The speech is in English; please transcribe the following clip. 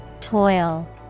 Toil